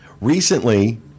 recently